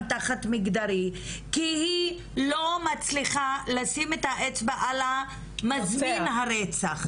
תחת מגדרי כי היא לא מצליחה לשים את האצבע על המזמין הרצח.